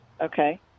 Okay